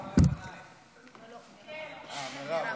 מירב לפניי.